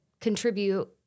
contribute